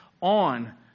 on